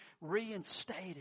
reinstated